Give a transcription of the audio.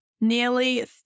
nearly